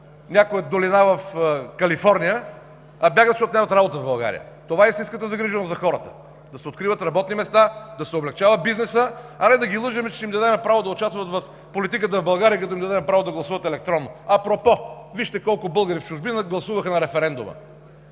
някоя долина в Калифорния, а бягат, защото нямат работа в България. Истинската загриженост за хората е да се откриват работни места, да се облекчава бизнесът, а не да ги лъжем, че ще им дадем право да участват в политиката в България, като им дадем право да гласуват електронно. Апропо: вижте колко българи от чужбина гласуваха на референдума!